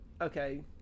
Okay